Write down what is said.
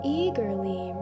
eagerly